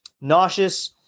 nauseous